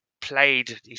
played